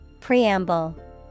Preamble